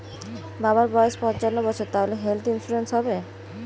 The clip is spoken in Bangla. বাবার বয়স পঞ্চান্ন বছর তাহলে হেল্থ ইন্সুরেন্স হবে?